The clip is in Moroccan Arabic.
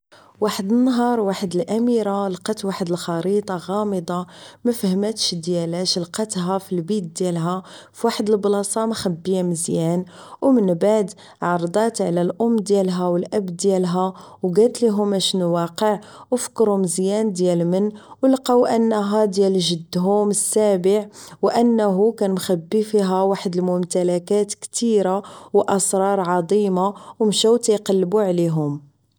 واحد النهار واحد الاميرة لقات واحد الخريطة غامضة مافهماتش ديال اش لقاتها فالبيت ديالها فواحد البلاصة مخبية مزيان و من بعد عرضات على الام ديالهاو الاب ديالها و كالتليهم اشنو واقع و فكرو مزيان ديال من و لقاو انها ديال جدهم السابع و انه كان مخبي فيها واحد الممتلكات كتيرة و اسرار عضيمة و مشاو كيقلبو عليهم